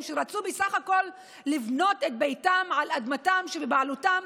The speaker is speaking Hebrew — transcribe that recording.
שרצו בסך הכול לבנות את ביתם על אדמתם שבבעלותם,